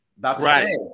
Right